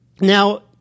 Now